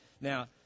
Now